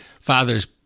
father's